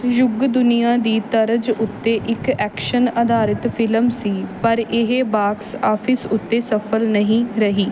ਯੁਗ ਦੁਨੀਆ ਦੀ ਤਰਜ਼ ਉੱਤੇ ਇੱਕ ਐਕਸ਼ਨ ਅਧਾਰਿਤ ਫ਼ਿਲਮ ਸੀ ਪਰ ਇਹ ਬਾਕਸ ਆਫਿਸ ਉੱਤੇ ਸਫ਼ਲ ਨਹੀਂ ਰਹੀ